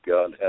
God